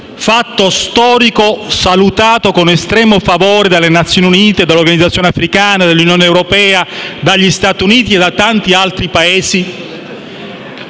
fatto storico, salutato con estremo favore dalle Nazioni Unite, dall'Unione africana, dall'Unione europea, dagli Stati Uniti e da tanti altri Paesi: